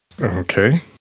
Okay